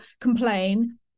complain